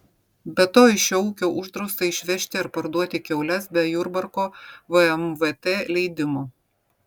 be to iš šio ūkio uždrausta išvežti ar parduoti kiaules be jurbarko vmvt leidimo